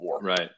Right